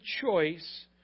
choice